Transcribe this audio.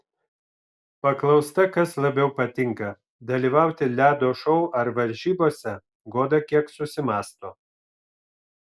paklausta kas labiau patinka dalyvauti ledo šou ar varžybose goda kiek susimąsto